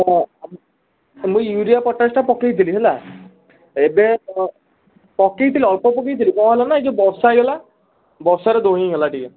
ମୁଁ ଆ ମୁଁ ୟୁରିଆ ପଟାସଟା ପକେଇଥିଲି ହେଲା ଏବେ ପକେଇଥିଲି ଅଳ୍ପ ପକେଇଥିଲି କ'ଣ ହେଲା ନା ଏ ଯେଉଁ ବର୍ଷା ହେଇଗଲା ବର୍ଷାରେ ଧୋଇ ହେଇଗଲା ଟିକେ